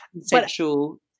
sexual